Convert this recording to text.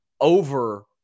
over